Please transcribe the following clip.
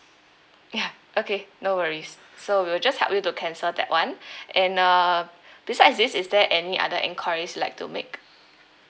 ya okay no worries so we will just help you to cancel that [one] and uh besides this is there any other enquiries you'd like to make